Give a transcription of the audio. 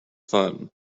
fun